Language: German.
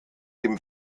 dem